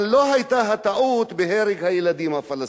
אבל לא היתה טעות בהרג הילדים הפלסטינים.